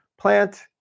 plant